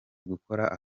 gukora